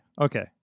Okay